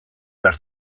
behar